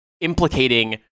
implicating